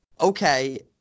okay